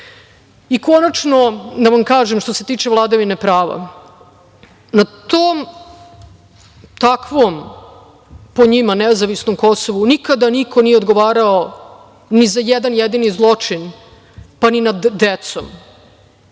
ustav. Konačno da vam kažem što se tiče vladavine prava. Na tom takvom po njima nezavisnom Kosovu nikada niko nije odgovarao ni za jedan jedini zločin, pa ni na decom.